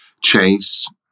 Chase